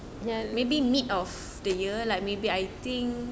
ya